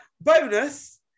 Bonus